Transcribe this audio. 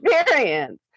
experience